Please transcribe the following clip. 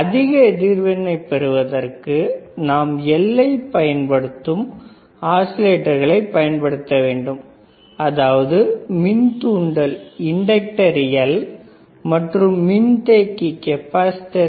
அதிக அதிர்வெண்ணை பெறுவதற்கு நாம் L ஐ பயன்படுத்தும் ஆஸிலேட்டர்களைப் பயன்படுத்த வேண்டும் அதாவது மின் தூண்டல் L மற்றும் மின்தேக்கி C